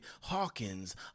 Hawkins